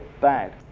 bad